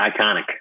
iconic